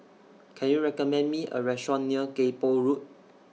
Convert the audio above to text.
Can YOU recommend Me A Restaurant near Kay Poh Road